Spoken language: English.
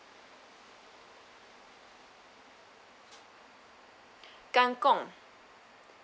kangkong